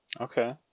Okay